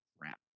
crap